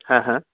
হ্যাঁ হ্যাঁ